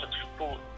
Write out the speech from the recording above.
support